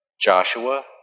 Joshua